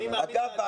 אגב,